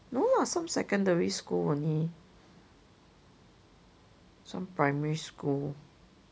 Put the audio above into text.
no lah some secondary school only some primary school